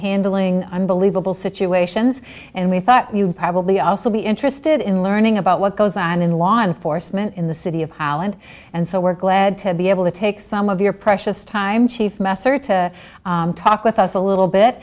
handling unbelievable situations and we thought you probably also be interested in learning about what goes on in law enforcement in the city of holland and so we're glad to be able to take some of your precious time chief messer to talk with us a little bit